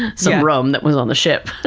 some rum that was on the ship.